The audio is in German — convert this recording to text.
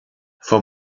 vom